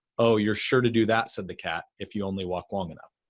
oh, you're sure to do that, said the cat, if you only walk long enough.